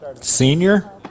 senior